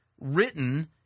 written